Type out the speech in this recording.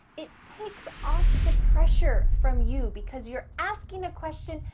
it takes off the pressure from you, because you're asking a question,